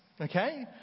okay